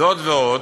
זאת ועוד,